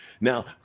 now